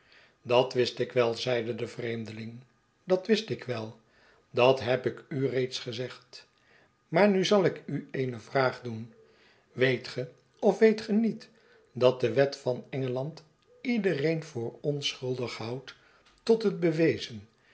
vereenigen bat wistik wel zeide de vreemdeling dat wist ik wel bat heb ik u reeds gezegd maar nu zai ik u eene vraag doen weet ge of weet ge niet dat de wet van engeland iedereen voor onschuldig houdt tot het bewezen